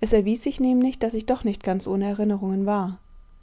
es erwies sich nämlich daß ich doch nicht ganz ohne erinnerungen war